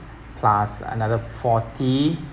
plus another forty